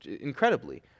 incredibly